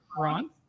Ron